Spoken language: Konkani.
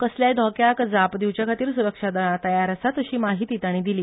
कसल्याय धोक्कयाक जाप दिवचे खातीर सुरक्षा दळा तयार आसात अशी म्हायती ताणी दिली